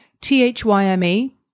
T-H-Y-M-E